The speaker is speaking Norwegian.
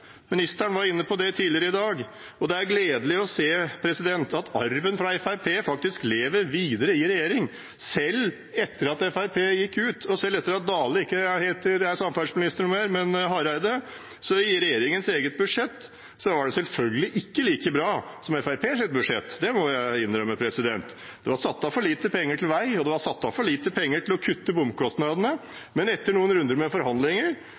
Ministeren var inne på det tidligere i dag. Det er gledelig å se at arven fra Fremskrittspartiet faktisk lever videre i regjering, selv etter at Fremskrittspartiet gikk ut, og selv etter at samferdselsministeren ikke heter Dale mer, men Hareide. Regjeringens eget budsjett var selvfølgelig ikke like bra som Fremskrittspartiets budsjett, det må jeg innrømme. Det var satt av for lite penger til vei, og det var satt av for lite penger til å kutte bomkostnadene, men etter noen runder med forhandlinger,